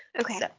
Okay